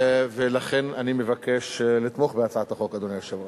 ולכן אני מבקש לתמוך בהצעת החוק, אדוני היושב-ראש.